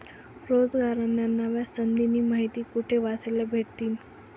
रोजगारन्या नव्या संधीस्नी माहिती कोठे वाचले भेटतीन?